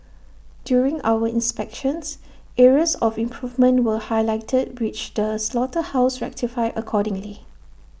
during our inspections areas of improvement were highlighted which the slaughterhouse rectified accordingly